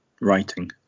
writing